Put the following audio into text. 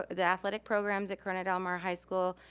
the athletic programs at corona del mar high school,